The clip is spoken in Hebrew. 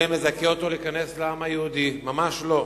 זה מזכה אותו להיכנס לעם היהודי, ממש לא.